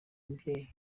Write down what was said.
umubyeyi